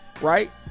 right